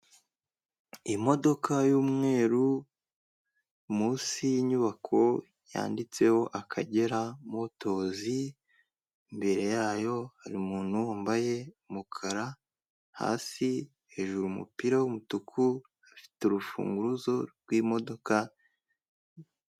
Imodoka y'umweru, munsi y'inyubako yanditseho akagera motozi, imbere yayo hari umuntu wambaye umukara hasi, hejuru y'umupira w'umutuku afite urufunguzo rw'imodoka,...